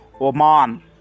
Oman